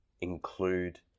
include